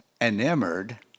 enamored